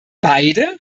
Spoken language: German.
beide